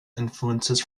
influences